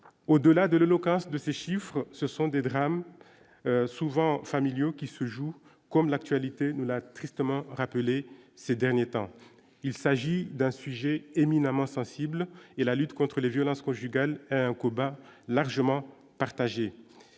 au-delà de de ces chiffres, ce sont des drames souvent familiaux qui se joue, comme l'actualité la tristement rappelé ces derniers temps, il s'agit d'un sujet éminemment sensible et la lutte contre les violences conjugales, largement partagée,